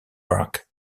park